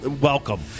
welcome